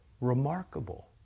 remarkable